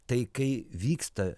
tai kai vyksta